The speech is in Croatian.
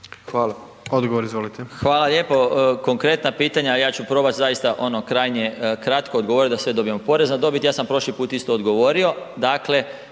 **Marić, Zdravko** Hvala lijepo. Konkretna pitanja, ja ću probati zaista ono krajnje kratko odgovoriti da sve dobijemo. Porez na dobit ja sam prošli put isto odgovorio,